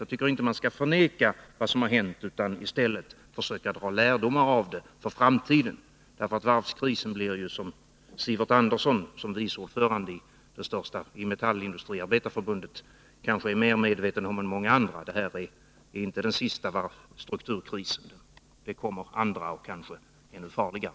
Jag tycker inte att man skall förneka vad som har hänt utan i stället försöka dra lärdom av det med tanke på framtiden, ty varvskrisen blir ju inte — som Sivert Andersson som vice ordförande i Metallarbetareförbundet kanske är mer medveten om än många andra — den sista strukturkrisen. Det kommer andra och kanske ännu farligare.